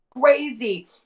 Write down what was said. crazy